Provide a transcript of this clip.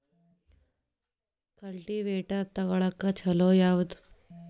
Cultivator ತೊಗೊಳಕ್ಕ ಛಲೋ ಯಾವದ?